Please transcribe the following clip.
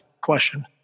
question